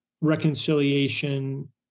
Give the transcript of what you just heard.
reconciliation